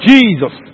Jesus